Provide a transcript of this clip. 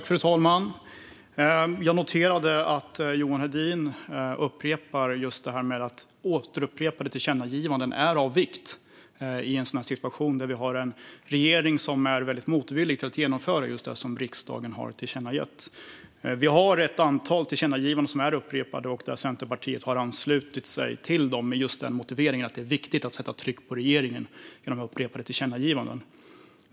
Fru talman! Jag noterade att Johan Hedin upprepar detta med att upprepade tillkännagivanden är av vikt i en situation där vi har en regering som är väldigt motvillig att genomföra det som riksdagen har tillkännagett. Vi har ett antal tillkännagivanden som är upprepade och som Centerpartiet har anslutit sig till, just med motiveringen att det är viktigt att sätta tryck på regeringen med upprepade tillkännagivanden.